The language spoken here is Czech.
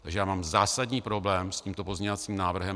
Takže já mám zásadní problém s tímto pozměňovacím návrhem.